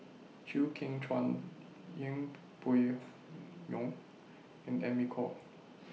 Chew Kheng Chuan Yeng Pway Ngon and Amy Khor